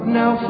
now